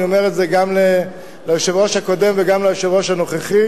אני אומר את זה גם ליושב-ראש הקודם וגם ליושב-ראש הנוכחי,